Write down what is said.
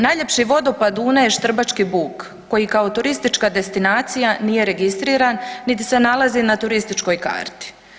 Najljepši vodopad Une je Štrbački buk, koji kao turistička destinacija nije registriran niti se nalazi na turističkoj karti.